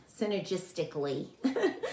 synergistically